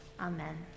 Amen